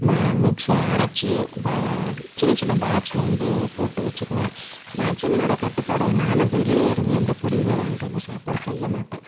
mixie அரைச்சு சின்னச்சின்ன பாக்ஸில் வந்து போட்டு வச்சுக்குவேன் மேக்சிமம் என்னோட கட்டுப்பாடு என்னென்னா நான் வெளியிலேருந்து எந்த பொடியுமே வாங்கிட்டு வந்து சாப்பாடு செய்ய மாட்டேன்